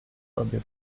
tobie